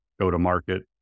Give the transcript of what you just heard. go-to-market